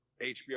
HBO